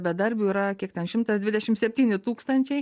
bedarbių yra kiek ten šimtas dvidešim septyni tūkstančiai